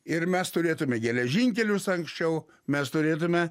ir mes turėtume geležinkelius anksčiau mes turėtume